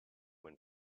when